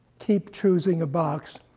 keep choosing a box,